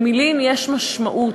למילים יש משמעות,